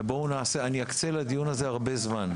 אני אקצה לדיון הזה הרבה זמן.